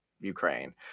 Ukraine